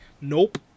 nope